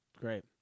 Great